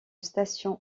station